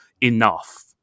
enough